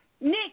Nick